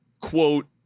quote